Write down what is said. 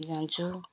जान्छु